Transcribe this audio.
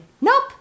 Nope